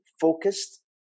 focused